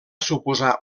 suposar